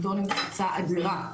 עיתון עם תפוצה אדירה,